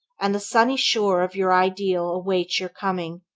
and the sunny shore of your ideal awaits your coming.